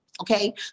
okay